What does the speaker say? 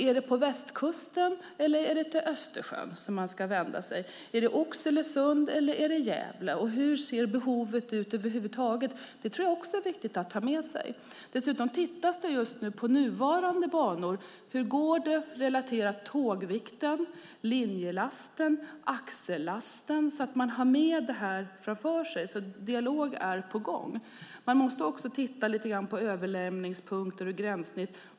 Är det till Västkusten eller Östersjön man ska vända sig? Är det Oxelösund eller Gävle? Hur ser behovet ut över huvud taget? Det tror jag är viktigt att ha med sig. Dessutom tittas det just nu på nuvarande banor. Hur går det relaterat till tågvikten, linjelasten och axellasten? Dialog är på gång. Man måste vidare titta på överlämningspunkter och gränssnitt.